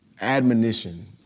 admonition